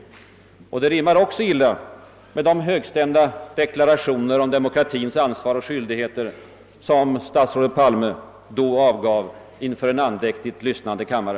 Förfaringssättet rimmar illa med de stolta och högstämda deklarationer om demokratins ansvar och skyldigheter som statsminister Palme för några timmar sedan gjorde inför en andäktigt lyssnande andra kammare.»